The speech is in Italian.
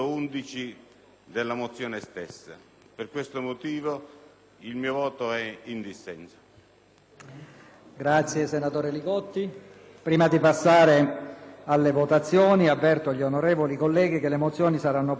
apre una nuova finestra"). Prima di passare alla votazione, avverto gli onorevoli colleghi che le mozioni saranno poste ai voti secondo l'ordine di presentazione e per le parti non precluse né assorbite da precedenti votazioni.